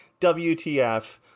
WTF